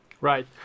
Right